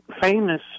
famous